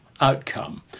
outcome